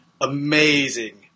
Amazing